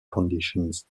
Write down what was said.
conditions